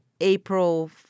April